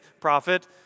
prophet